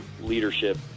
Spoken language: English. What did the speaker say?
leadership